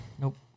Nope